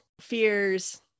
fears